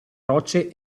rocce